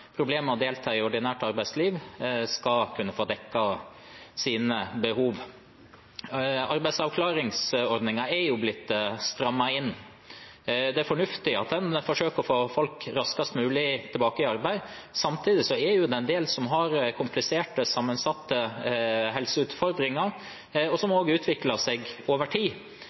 å delta i ordinært arbeidsliv, skal kunne få dekket sine behov. Arbeidsavklaringsordningen er blitt strammet inn. Det er fornuftig at en forsøker å få folk raskest mulig tilbake i arbeid, samtidig er det en del som har kompliserte og sammensatte helseutfordringer som også utvikler seg over tid.